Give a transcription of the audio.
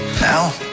Now